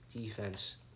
defense